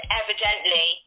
evidently